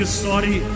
sorry